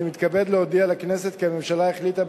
אני מתכבד להודיע לכנסת כי הממשלה החליטה,